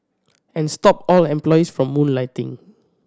and stop all employees from moonlighting